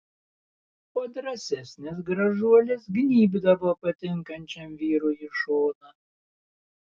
o drąsesnės gražuolės gnybdavo patinkančiam vyrui į šoną